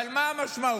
אבל מה המשמעות?